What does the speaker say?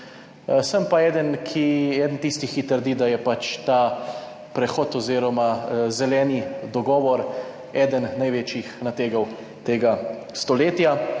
Sem pa eden tistih, ki trdi, da je pač ta prehod oziroma zeleni dogovor eden največjih nategov tega stoletja.